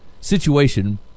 situation